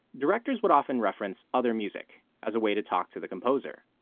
directors would often reference other music as a way to talk to the composer.